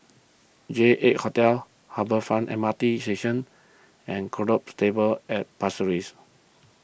J eight Hotel Harbour Front M R T Station and Gallop Stables at Pasir Ris